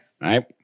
right